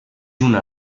una